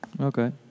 Okay